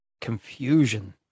confusion